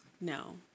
No